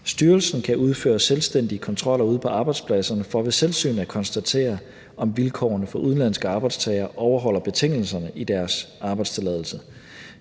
styrelsen kan udføre selvstændige kontroller ude på arbejdspladserne for ved selvsyn at konstatere, om vilkårene for udenlandske arbejdstagere overholder betingelserne i deres arbejdstilladelse.